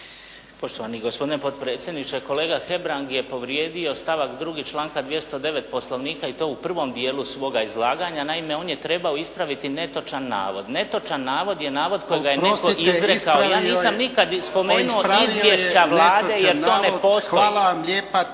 Poštovani gospodine potpredsjedniče, kolega Hebrang je povrijedio stavak 2. članka 209. Poslovnika i to u prvom dijelu svoga izlaganja, naime on je trebao ispraviti netočan navod. Netočan navod je navod kojega je netko izrekao, ja nisam nikad spomenuo izvješća Vlade jer to ne postoji. **Jarnjak,